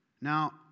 Now